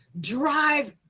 drive